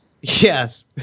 Yes